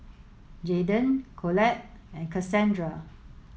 Jaeden Collette and Kassandra